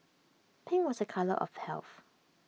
pink was A colour of health